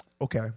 Okay